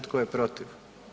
Tko je protiv?